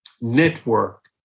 network